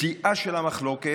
בשיאה של המחלוקת,